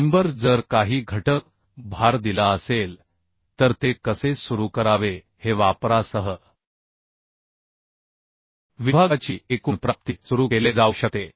member जर काही घटक भार दिला असेल तर ते कसे सुरू करावे हे वापरासह विभागाची एकूण प्राप्ती सुरू केले जाऊ शकते